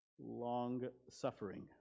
Long-suffering